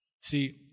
See